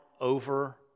over